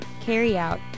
carry-out